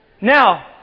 Now